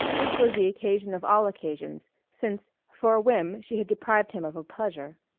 this was the occasion of all occasions, since for a whim she had deprived him of a pleasure.